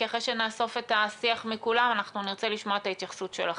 כי אחרי שנאסוף את השיח מכולם אנחנו נרצה לשמוע את ההתייחסות שלכם.